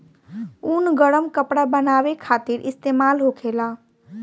ऊन गरम कपड़ा बनावे खातिर इस्तेमाल होखेला